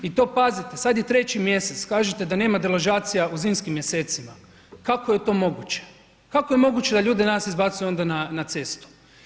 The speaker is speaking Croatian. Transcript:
I to pazite sad je 3. mjesec kažete da nema deložacija u zimskim mjesecima, kako je to moguće, kako je moguće da ljude danas izbacuju onda na cestu?